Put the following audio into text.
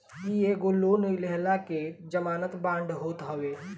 इ एगो लोन लेहला के जमानत बांड होत हवे